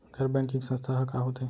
गैर बैंकिंग संस्था ह का होथे?